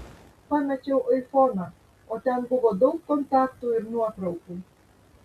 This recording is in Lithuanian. pamečiau aifoną o ten buvo daug kontaktų ir nuotraukų